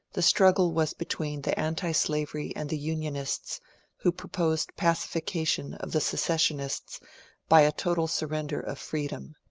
the struggle was between the antislavery and the unionists who proposed pacification of the secessionists by a total surrender of free dom.